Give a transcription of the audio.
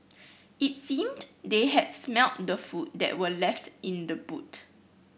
it seemed they had smelt the food that were left in the boot